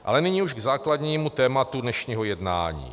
Ale nyní už k základnímu tématu dnešního jednání.